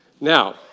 Now